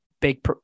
big